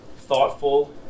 thoughtful